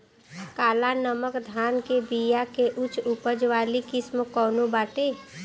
काला नमक धान के बिया के उच्च उपज वाली किस्म कौनो बाटे?